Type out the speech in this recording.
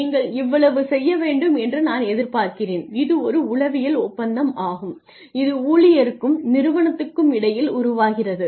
நீங்கள் இவ்வளவு செய்ய வேண்டும் என்று நான் எதிர்பார்க்கிறேன் இது ஒரு உளவியல் ஒப்பந்தமாகும் இது ஊழியருக்கும் நிறுவனத்துக்கும் இடையில் உருவாகிறது